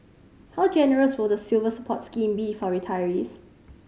how generous will the Silver Support scheme be for retirees